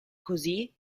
così